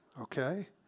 okay